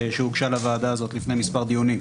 שהוגשה לוועדה הזאת לפני מספר דיונים.